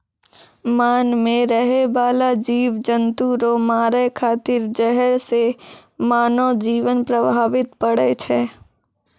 मान मे रहै बाला जिव जन्तु रो मारै खातिर जहर से मानव जिवन प्रभावित पड़ै छै